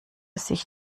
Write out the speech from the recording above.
sich